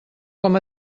com